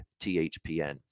THPN